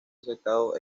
aceptado